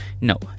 No